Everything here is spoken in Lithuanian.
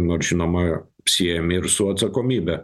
nors žinoma siejami ir su atsakomybe